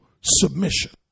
submission